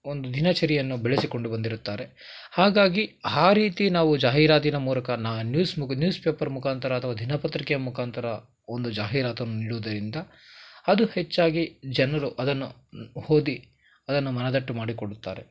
ಒಂದು ದಿನಚರಿಯನ್ನು ಬೆಳೆಸಿಕೊಂಡು ಬಂದಿರುತ್ತಾರೆ ಹಾಗಾಗಿ ಆ ರೀತಿ ನಾವು ಜಾಹೀರಾತಿನ ಮೂಲಕ ನಾ ನ್ಯೂಸ್ ಮುಗ್ ನ್ಯೂಸ್ ಪೇಪರ್ ಮುಖಾಂತರ ಅಥವಾ ದಿನಪತ್ರಿಕೆಯ ಮುಖಾಂತರ ಒಂದು ಜಾಹೀರಾತನ್ನು ನೀಡೋದರಿಂದ ಅದು ಹೆಚ್ಚಾಗಿ ಜನರು ಅದನ್ನು ಓದಿ ಅದನ್ನು ಮನದಟ್ಟು ಮಾಡಿಕೊಳ್ಳುತ್ತಾರೆ